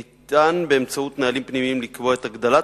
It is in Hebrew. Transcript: ניתן באמצעות נהלים פנימיים לקבוע את הגדלת